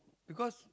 because